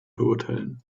verurteilen